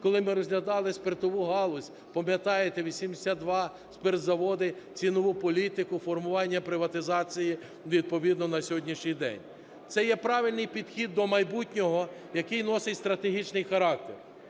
Коли ми розглядали спиртову галузь, пам'ятаєте, 82 спиртозаводи: цінову політику, формування приватизації, відповідно, на сьогоднішній день. Це є правильний підхід до майбутнього, який носить стратегічний характер.